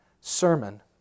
sermon